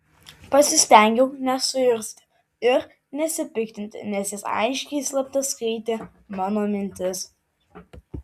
pasistengiau nesuirzti ir nesipiktinti nes jis aiškiai slapta skaitė mano mintis